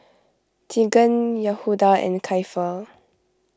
Teagan Yehuda and Keifer